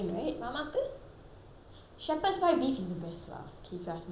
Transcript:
shepherd's pie beef is the best lah okay if you ask me chicken pie chicken shepherd's pie